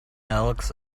elks